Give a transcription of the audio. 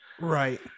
Right